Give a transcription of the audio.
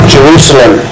Jerusalem